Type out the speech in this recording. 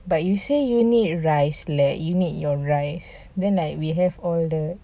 but you say you need rice you need your rice then we have all the